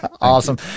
Awesome